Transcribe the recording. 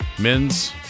men's